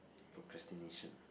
procrastination